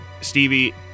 Stevie